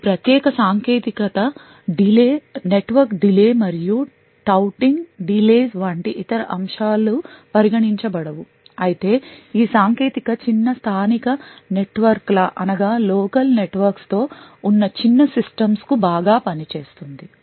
ఈ ప్రత్యేక సాంకేతికత నెట్వర్క్ delays మరియు టౌటింగ్ delays వంటి ఇతర అంశాలు పరిగణించబడవు అయితే ఈ సాంకేతికత చిన్న స్థానిక నెట్వర్క్ల తో ఉన్న చిన్న సిస్టమ్స్ కు బాగా పని చేస్తుంది